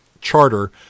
charter